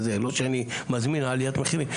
לא שאני מזמין עליית מחירים,